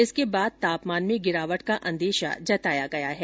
इसके बाद तापमान में गिरावट का अंदेशा जताया गया है